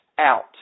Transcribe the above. out